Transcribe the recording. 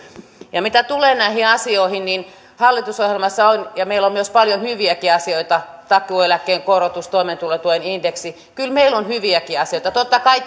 mitä tulee näihin asioihin niin hallitusohjelmassa on ja meillä on myös paljon hyviäkin asioita takuueläkkeen korotus toimeentulotuen indeksi kyllä meillä on hyviäkin asioita totta kai